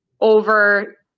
over